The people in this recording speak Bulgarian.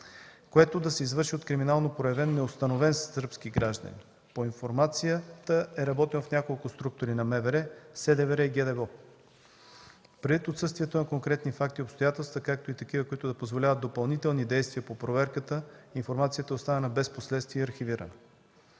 което да се извърши от криминално проявен, неустановен сръбски гражданин. По информацията е работено в няколко структури на МВР, СДВР и ГДБОП. Предвид отсъствието на конкретни факти и обстоятелства, както и такива, които да позволяват допълнителни действия по проверката, информацията е оставена без последствие и архивирана.